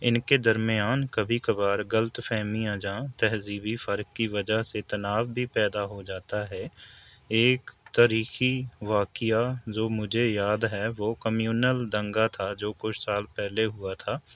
ان کے درمیان کبھی کبھار غلط فہمیاں یا تہذیبی فرق کی وجہ سے تناؤ بھی پیدا ہو جاتا ہے ایک تاریخی واقعہ جو مجھے یاد ہے وہ کمیونل دنگا تھا جو کچھ سال پہلے ہوا تھا